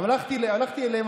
הלכתי אליהם,